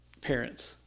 parents